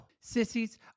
Sissies